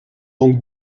donc